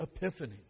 epiphany